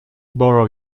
borrow